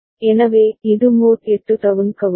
எனவே இது mod 8 down counter